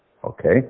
Okay